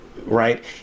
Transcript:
right